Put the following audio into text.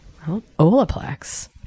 Olaplex